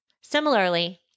similarly